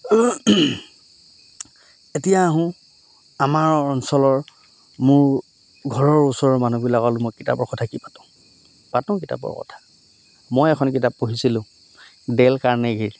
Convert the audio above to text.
এতিয়া আহোঁ আমাৰ অঞ্চলৰ মোৰ ঘৰৰ ওচৰৰ মানুহবিলাকত মই কিতাপৰ কথা কি পাতোঁ পাতোঁ কিতাপৰ কথা মই এখন কিতাপ পঢ়িছিলোঁ ডেল কাৰ্ণেগিৰ